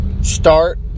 start